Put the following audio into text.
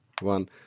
one